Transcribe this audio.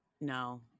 no